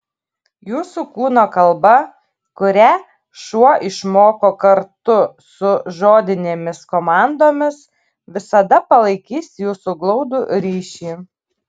jūsų kūno kalba kurią šuo išmoko kartu su žodinėmis komandomis visada palaikys jūsų glaudų ryšį